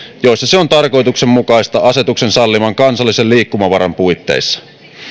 joissa se on tarkoituksenmukaista asetuksen salliman kansallisen liikkumavaran puitteissa